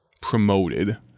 promoted